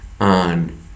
on